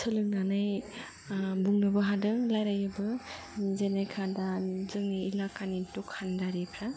सोलोंनानै बुंनोबो हादों रायलायनोबो जेनेखा दा जोंनि इलाकानि दखानदारिफ्रा